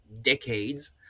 decades